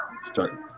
start